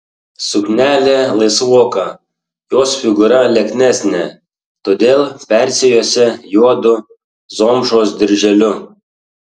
suknelė laisvoka jos figūra lieknesnė todėl persijuosė juodu zomšos dirželiu